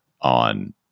on